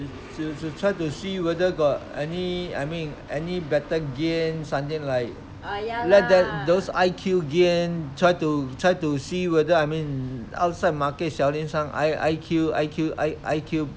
you should try to see whether got any I mean any better games something like let them those I_Q game try to try to see whether I mean outside market selling some I I_Q I_Q I I_Q